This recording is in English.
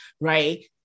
right